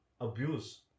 abuse